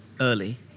early